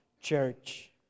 church